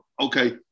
Okay